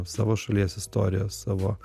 savo šalies istorijos savo